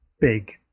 big